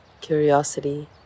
curiosity